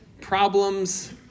Problems